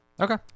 Okay